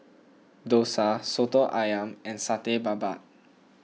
Dosa Soto Ayam and Satay Babat